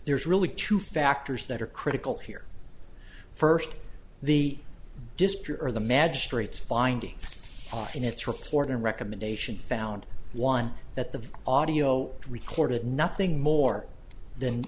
there's really two factors that are critical here first the dispatcher or the magistrate's findings in its report and recommendation found one that the audio recorded nothing more than